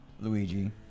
Luigi